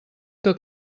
que